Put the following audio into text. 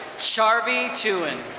sharvie tuen.